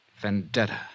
vendetta